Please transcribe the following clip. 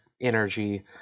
energy